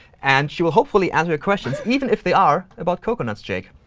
and she will, hopefully, answer your questions, even if they are about coconuts, jake.